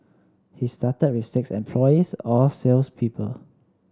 he started with six employees all sales people